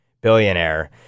billionaire